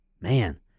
Man